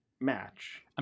match